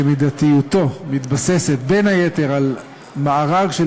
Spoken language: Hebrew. שמידתיותו מתבססת בין היתר על מארג של